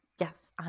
Yes